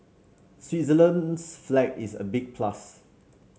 Switzerland's flag is a big plus